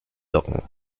locken